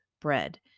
bread